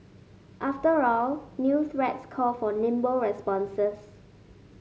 after all new threats call for nimble responses